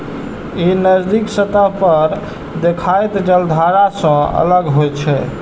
ई नदीक सतह पर देखाइत जलधारा सं अलग होइत छै